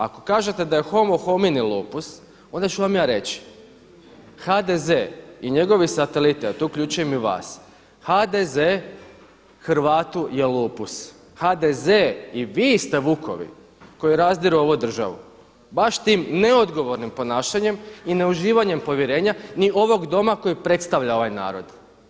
Ako kažete da je „Homo homini lupus“ onda ću vam ja reći, HDZ i njegovi sateliti, a tu uključujem i vas, HZD Hrvatu je lupus, HDZ i vi ste vukovi koji razdiru ovu državu, baš tim neodgovornim ponašanjem i ne uživanjem povjerenja ni ovog Doma koji predstavlja ovaj narod.